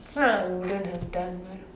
if not I wouldn't have done well